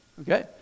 okay